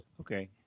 Okay